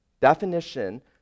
Definition